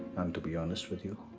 to be honest with you.